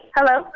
Hello